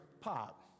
Pop